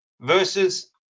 Verses